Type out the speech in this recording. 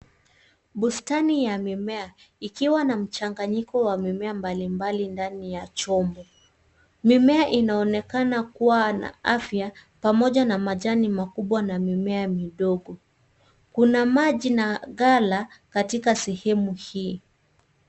Bustani ya mimea ikiwa na mchanganyiko wa mimea mbalimbali ndani ya chombo. Mimea inaonekan kuwa na afya pamoja na majani makubwa na mimea midogo. Kuna maji na gala katika sehemu hii.